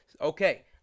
Okay